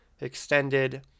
Extended